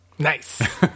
nice